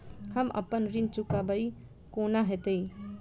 हम अप्पन ऋण चुकाइब कोना हैतय?